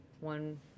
one